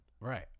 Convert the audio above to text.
Right